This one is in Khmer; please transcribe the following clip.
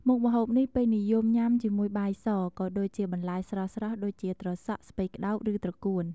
មុខម្ហូបនេះពេញនិយមញ៉ាំជាមួយបាយស ក៏ដូចជាបន្លែស្រស់ៗដូចជាត្រសក់ ស្ពៃក្ដោប ឬត្រកួន។